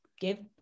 give